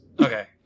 Okay